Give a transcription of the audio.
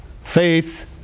faith